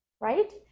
right